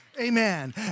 Amen